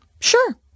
Sure